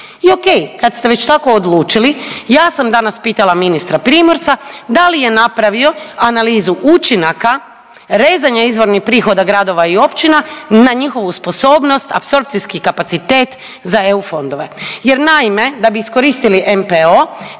I o.k. kad ste već tako odlučili ja sam danas pitala ministra Primorca da li je napravio analizu učinaka rezanja izvornih prihoda gradova i općina na njihovu sposobnost apsorpcijski kapacitet za EU fondove. Jer naime da bi iskoristili NPO